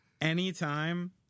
anytime